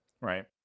right